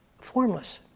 formless